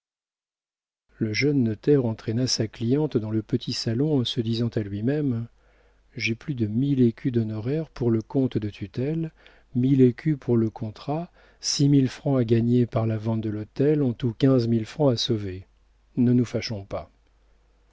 le jeune notaire entraîna sa cliente dans le petit salon en se disant à lui-même j'ai plus de mille écus d'honoraires pour le compte de tutelle mille écus pour le contrat six mille francs à gagner par la vente de l'hôtel en tout quinze mille francs à sauver ne nous fâchons pas